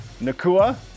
Nakua